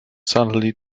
suddenly